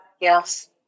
Yes